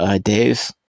days